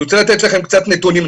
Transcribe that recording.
אני רוצה לתת לכם קצת נתונים.